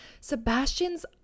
Sebastian's